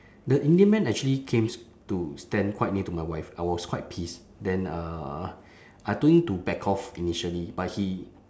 the indian man actually came to stand quite near to my wife I was quite pissed then uh I told him to back off initially but he